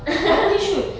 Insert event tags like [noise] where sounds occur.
[laughs]